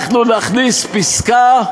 אנחנו נכניס פסקה,